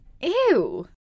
Ew